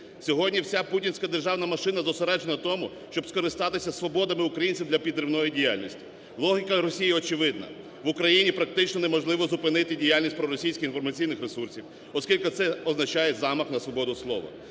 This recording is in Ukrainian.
Сьогодні вся путінська "державна машина" зосереджена на тому, щоб скористатися свободами українців для підривної діяльності. Логіка Росії очевидна, в Україні практично неможливо зупинити діяльність проросійських інформаційних ресурсів, оскільки це означає замах на свободу слова.